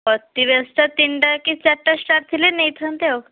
ଅତିବେଶୀରେ ତିନ୍ଟା କି ଚାର୍ଟା ଷ୍ଟାର ଥିଲେ ନେଇଥାନ୍ତି ଆଉ